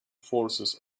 forces